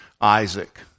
Isaac